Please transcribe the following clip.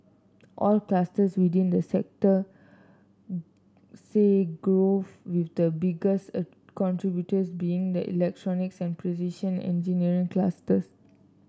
all clusters within the sector see growth with the biggest a contributors being the electronics and precision engineering clusters